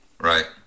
right